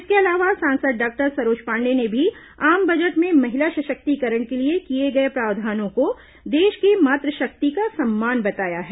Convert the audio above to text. इसके अलावा सांसद डॉक्टर सरोज पांडेय ने भी आम बजट में महिला सशक्तिकरण के लिए किए गए प्रावधानों को देश की मातुशक्ति का सम्मान बताया है